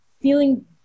feeling